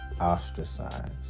ostracized